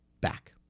back